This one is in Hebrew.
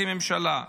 כממשלה.